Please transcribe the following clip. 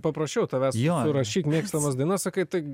paprašiau tavęs jo surašyk mėgstamas dainas sakai tai